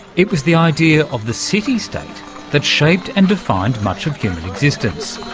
it was the idea of the city-state that shaped and defined much of human existence.